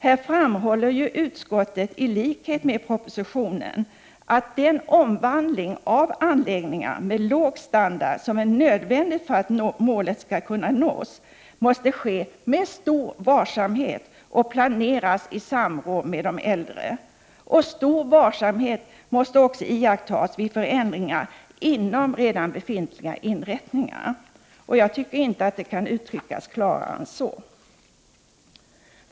Här framhåller ju utskottet i likhet med propositionen att den omvandling av anläggningar med låg standard, som är nödvändig för att målet skall kunna uppnås, måste ske med stor varsamhet och planeras i samråd med de äldre. Stor varsamhet måste också iakttas vid förändringar inom befintliga inrättningar. Jag tycker inte det kan uttryckas klarare än så.